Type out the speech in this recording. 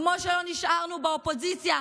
כמו שלא נשארנו באופוזיציה,